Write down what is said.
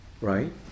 right